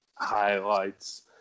highlights